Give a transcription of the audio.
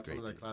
great